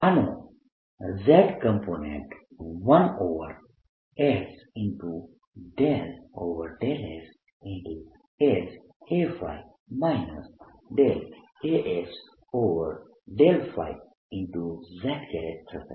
આનો z component 1s∂s As∂ϕz થશે